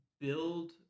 Build